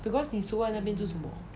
because 你收在那边做什么